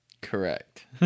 Correct